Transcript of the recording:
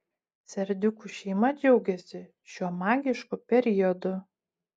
serdiukų šeima džiaugiasi šiuo magišku periodu